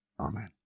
Amen